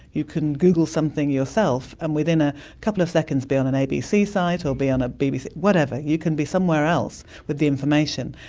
you can google something yourself, and within a couple of seconds be on an abc site or be on a bbc. whatever, you can be somewhere else with the information.